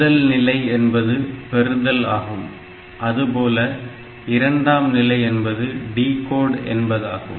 முதல் நிலை என்பது பெறுதல் ஆகும் அதுபோல இரண்டாம் நிலை என்பது டிகோட் என்பதாகும்